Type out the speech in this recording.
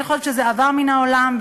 אני חושבת שזה עבר מן העולם,